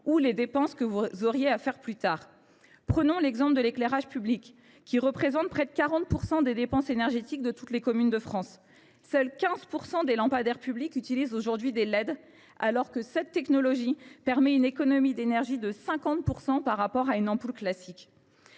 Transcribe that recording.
ou les dépenses que vous auriez à faire plus tard. » Prenons l’exemple de l’éclairage public, qui représente près de 40 % des dépenses énergétiques de toutes les communes de France. Seulement 15 % des lampadaires publics utilisent aujourd’hui des LED, alors que cette technologie permet une économie d’énergie de 50 % par rapport à une ampoule classique.